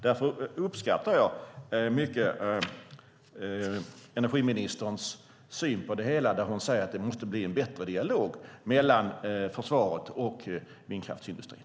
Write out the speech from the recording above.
Därför uppskattar jag energiministerns syn på det hela, där hon säger att det måste bli en bättre dialog mellan försvaret och vindkraftsindustrin.